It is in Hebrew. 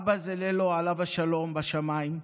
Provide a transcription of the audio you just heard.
אבא זללאו, עליו השלום, בשמיים,